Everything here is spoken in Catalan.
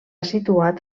situat